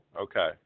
Okay